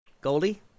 Goldie